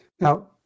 Now